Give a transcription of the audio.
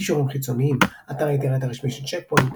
קישורים חיצוניים אתר האינטרנט הרשמי של צ'ק פוינט